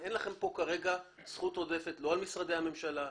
אין לכם פה כרגע זכות עודפת, לא על משרדי הממשלה.